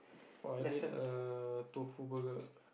oh I ate a Tofu burger